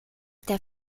der